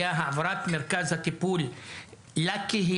היה העברת מרכז הטיפול לקהילה.